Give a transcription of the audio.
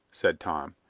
said tom,